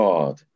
God